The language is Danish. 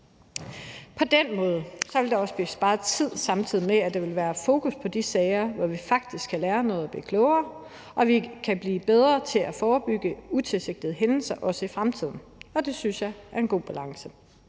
På den måde vil der også blive sparet tid, samtidig med at der vil være fokus på de sager, hvor vi faktisk kan lære noget og blive klogere og vi kan blive bedre til at forebygge utilsigtede hændelser, også i fremtiden. Og det synes jeg er en god balance.